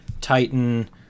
Titan